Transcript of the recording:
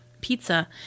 pizza